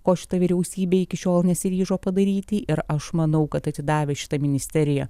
ko šita vyriausybė iki šiol nesiryžo padaryti ir aš manau kad atidavę šitą ministeriją